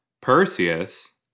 Perseus